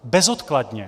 Bezodkladně.